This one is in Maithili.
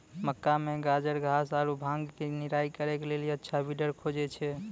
मक्का मे गाजरघास आरु भांग के निराई करे के लेली अच्छा वीडर खोजे छैय?